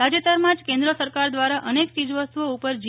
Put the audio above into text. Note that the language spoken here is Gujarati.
તાજેતરમાં જ કેન્દ્ર સરકાર દ્વારા અનેક ચીજવસ્તુઓ ઉપર જી